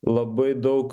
labai daug